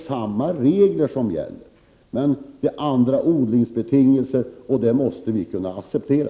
Samma regler gäller alltså. Det är bara odlingsbetingelserna som varierar, och det måste vi kunna acceptera.